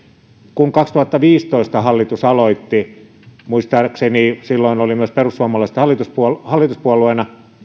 kun kaksituhattaviisitoista hallitus aloitti muistaakseni silloin olivat myös perussuomalaiset hallituspuolueena